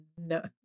no